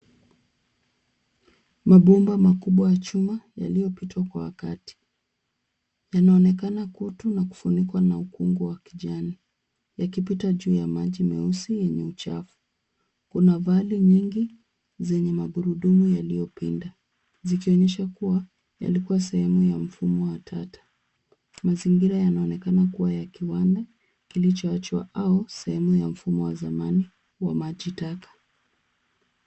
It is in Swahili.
Mabomba makubwa ya chuma yaliyopitwa kwa wakati yanaonekana kutu na kufunikwa na ukungu wa kijani yakipita juu ya maji meusi yenye uchafu. Kuna vali nyingi zenye magurudumu yaliyopinda zikionyesha kuwa yalikuwa sehemu ya mfumo wa taka, Mazingira yanaonekaana kuwa ya kiwanda kilichowachwa au sehemu ya mfumo wa zamani wa maji taka.